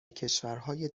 کشورهای